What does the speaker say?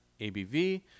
ABV